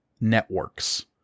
networks